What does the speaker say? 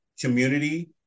community